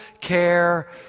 care